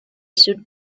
should